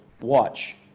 watch